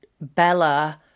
Bella